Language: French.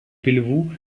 pelvoux